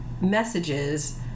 messages